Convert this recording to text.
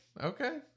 okay